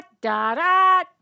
da-da